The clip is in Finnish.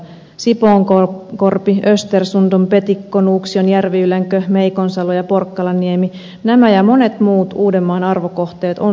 sipoonkorpi östersundom petikko nuuksion järviylänkö meikonsalo ja porkkalanniemi nämä ja monet muut uudenmaan arvokohteet on suojeltava